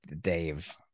Dave